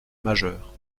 majeur